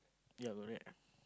yea correct